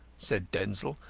said denzil,